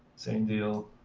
same deal.